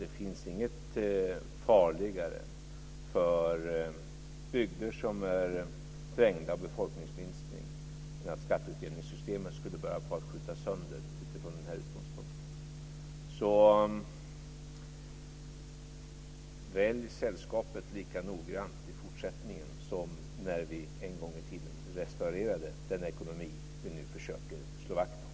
Det finns nämligen inget farligare för bygder som är trängda av befolkningsminskning än att skatteutjämningssystemet skulle börja skjutas sönder utifrån den här utgångspunkten. Välj sällskapet lika noggrant i fortsättningen som när vi en gång i tiden restaurerade den ekonomi som vi nu försöker slå vakt om!